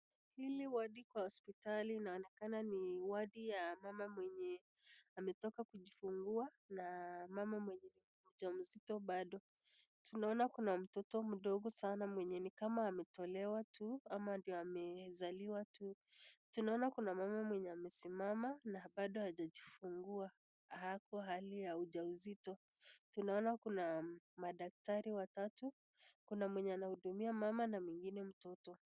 Hili wadi kwa hospitali linaonekana ni wadi ya mama mwenye ametoka kujifungua na mama mwenye ni mja mzito bado. Tunaona Kuna mtoto mdogo sana mwenye nikama ametolewa tu ama mwenye ndo amezaliwa tu. Tunaona kuna mama mwenye amesimama na bado hajajifungua, ako hali ya uja uzito. Tunaona kuna madktari watatu, kuna mwenye anahudumia mama na mwingine mtoto.